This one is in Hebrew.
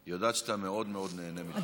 היא יודעת שאתה מאוד מאוד נהנה מדבריה.